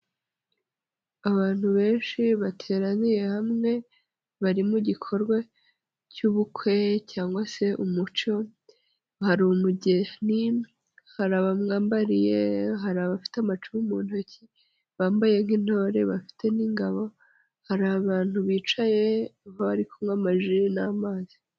Abantu benshi bateraniye hamwe bari mu gikorwa cy'ubukwe cyangwa se umuco hari umugeni, hari abamwambariye, hari abafite amacumu mu ntoki bambaye nk'intore bafite n'ingabo, hari abantu bicaye bari kumywa amaji n'amazi.